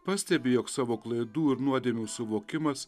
pastebi jog savo klaidų ir nuodėmių suvokimas